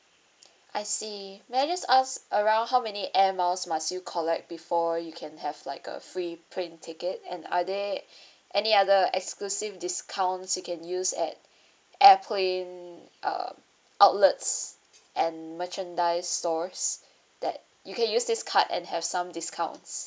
I see may I just ask around how many air miles must you collect before you can have like a free plane ticket and are there any other exclusive discounts you can use at airplane uh outlets and merchandise stores that you can use this card and have some discounts